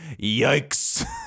Yikes